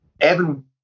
Evan